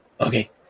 Okay